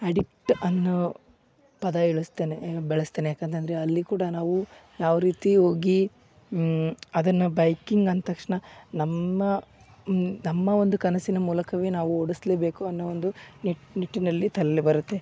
addict ಅನ್ನೋ ಪದ ಇಳ್ಸ್ತೆನೆ ಬಳಸ್ತೇನೆ ಯಾಕಂತಂದರೆ ಅಲ್ಲಿ ಕೂಡ ನಾವು ಯಾವ ರೀತಿ ಹೋಗಿ ಅದನ್ನ ಬೈಕಿಂಗ್ ಅಂದ ತಕ್ಷಣ ನಮ್ಮ ನಮ್ಮ ಒಂದು ಕನಸಿನ ಮೂಲಕವೇ ನಾವು ಓಡಿಸಲೇಬೇಕು ಅನ್ನೋ ಒಂದು ನಿಟ್ಟಿನಲ್ಲಿ ತಲೇಲಿ ಬರುತ್ತೆ